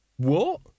What